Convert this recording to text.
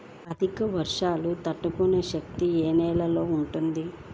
అధిక వర్షాలు తట్టుకునే శక్తి ఏ నేలలో ఉంటుంది?